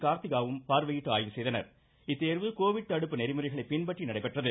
கார்த்திகாவும் பார்வையிட்டு ஆய்வு செய்தனர் இத்தேர்வு கோவிட் தடுப்பு நெறிமுறைகளைப் பின்பற்றி நடைபெற்றது